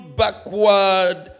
backward